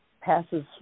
passes